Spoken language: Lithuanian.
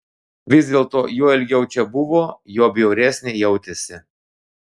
vis dėlto juo ilgiau čia buvo juo bjauresnė jautėsi